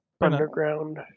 underground